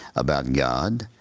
about god,